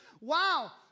wow